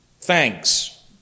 Thanks